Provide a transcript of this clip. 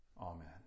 Amen